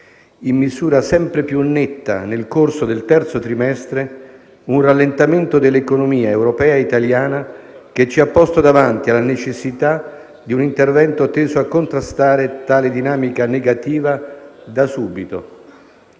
in misura sempre più netta nel corso del terzo trimestre, un rallentamento dell'economia europea e italiana che ci ha posto davanti alla necessità di un intervento teso a contrastare tale dinamica negativa da subito.